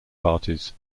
parties